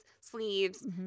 sleeves